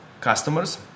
customers